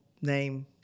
name